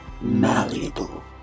malleable